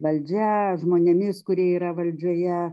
valdžia žmonėmis kurie yra valdžioje